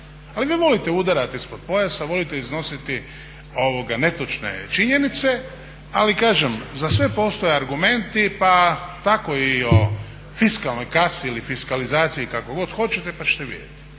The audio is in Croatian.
Ali vi volite udarati ispod pojasa, volite iznositi netočne činjenice, ali kažem za sve postoje argumenti pa tako i o fiskalnoj kasi ili fiskalizaciji kako god hoćete pa ćete vidjeti.